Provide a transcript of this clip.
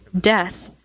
death